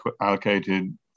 allocated